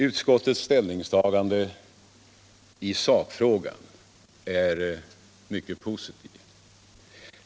Utskottets ställningstagande i sakfrågan är mycket positivt.